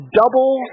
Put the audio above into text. double